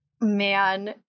Man